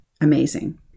amazing